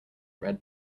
red